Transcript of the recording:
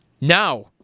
Now